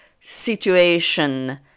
situation